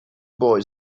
boy